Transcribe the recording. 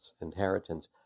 inheritance